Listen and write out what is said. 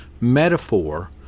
metaphor